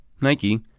Nike